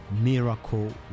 Miracle